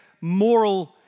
moral